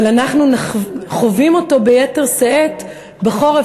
אבל אנחנו חווים אותו ביתר שאת בחורף,